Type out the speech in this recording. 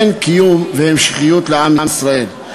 אין קיום והמשכיות לעם ישראל.